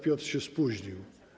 Piotr się spóźnił.